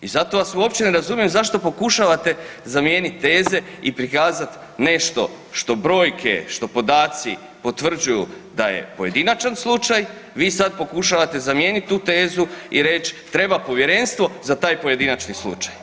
I zato vas uopće ne razumijem zašto pokušavate zamijenit teze i prikazat nešto što brojke, što podaci potvrđuju da je pojedinačan slučaj, vi sada pokušavate zamijenit tu tezu i reći treba povjerenstvo za taj pojedinačni slučaj.